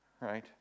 right